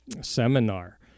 seminar